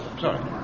Sorry